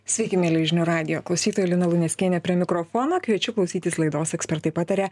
sveiki mieli žinių radijo klausytojai lina luneckienė prie mikrofono kviečiu klausytis laidos ekspertai pataria